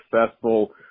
successful